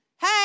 Hey